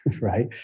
right